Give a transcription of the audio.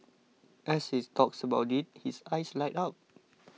as he talks about it his eyes light up